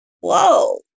whoa